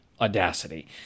audacity